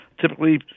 typically